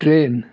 train